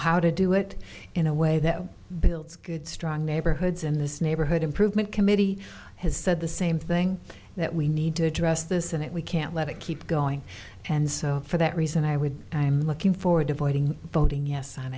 how to do it in a way that builds good strong neighborhoods in this neighborhood improvement committee has said the same thing that we need to address this and it we can't let it keep going and so for that reason i would i'm looking forward to voting voting yes on